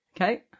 Okay